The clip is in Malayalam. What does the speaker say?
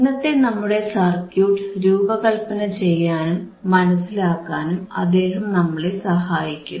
ഇന്നത്തെ നമ്മുടെ സർക്യൂട്ട് രൂപകല്പന ചെയ്യാനും മനസിലാക്കാനും അദ്ദേഹം നമ്മളെ സഹായിക്കും